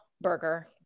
burger